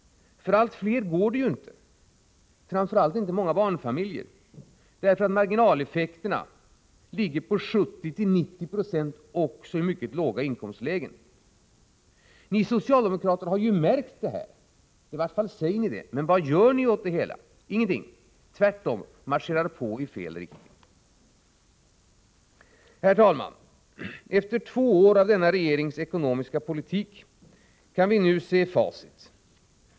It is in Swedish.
För allt fler går det ju inte — framför allt inte för många barnfamiljer. Marginaleffekterna ligger på 70-90 90 också i mycket låga inkomstlägen. Ni socialdemokrater har märkt att det är så — i varje fall säger ni det — men vad gör ni åt det hela? Ingenting! Ni marscherar bara på i fel riktning. Herr talman! Efter två år med denna regerings ekonomiska politik kan vi nu se facit.